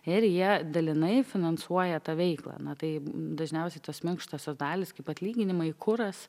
ir ją dalinai finansuoja tą veiklą na tai dažniausiai tos minkštosios dalys kaip atlyginimai kuras